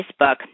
Facebook